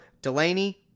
Delaney